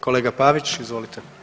Kolega Pavić izvolite.